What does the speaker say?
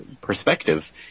perspective